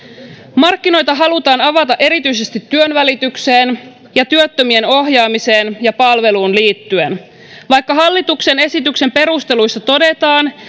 markkinoita halutaan avata erityisesti työnvälitykseen ja työttömien ohjaamiseen ja palveluun liittyen vaikka hallituksen esityksen perusteluissa todetaan